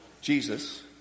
Jesus